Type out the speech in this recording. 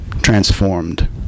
transformed